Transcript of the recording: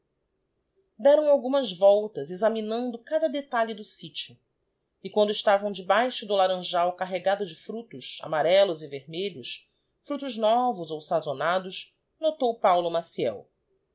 deram algumas voltas examinando cada detalhe do sitio e quando estavam debaixo do laranjal carregado de fructos amarellos e vermelhos íructos novos ou sazonados notou paulo maciel